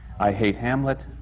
i hate hamlet,